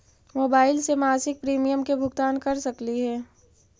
Mobile से मासिक premium के भुगतान कर सकली हे?